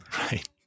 Right